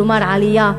כלומר עלייה,